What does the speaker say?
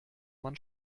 man